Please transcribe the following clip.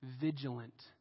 vigilant